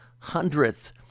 hundredth